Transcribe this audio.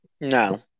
no